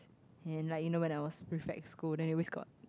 and like you know when I was prefect school then always got